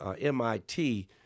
MIT